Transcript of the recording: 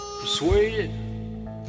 Persuaded